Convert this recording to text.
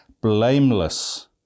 blameless